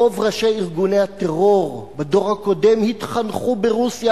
רוב ראשי ארגוני הטרור בדור הקודם התחנכו ברוסיה,